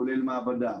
כולל מעבדה,